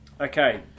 Okay